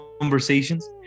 conversations